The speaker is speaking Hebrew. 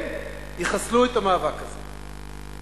הם יחסלו את המאבק הזה.